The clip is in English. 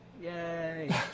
Yay